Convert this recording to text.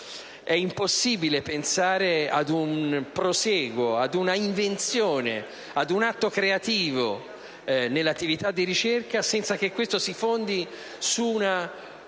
È impossibile pensare ad un prosieguo, ad una invenzione, ad un atto creativo nell'attività di ricerca, senza che questo si fondi su una